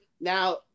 now